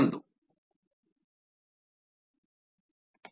1